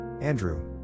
Andrew